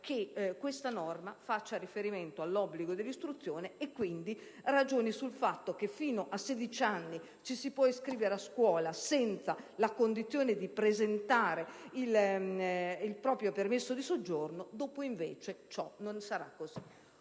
che questa norma faccia riferimento all'obbligo dell'istruzione e quindi ragioni sul fatto che fino a 16 anni ci si può iscrivere a scuola, senza la condizione di presentare il proprio permesso di soggiorno; dopo, invece, ciò non sarà